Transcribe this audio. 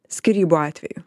skyrybų atveju